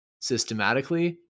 systematically